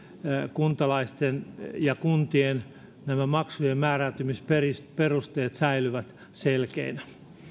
kuntalaisten ja kuntien maksujen määräytymisperusteet säilyvät selkeinä